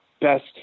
best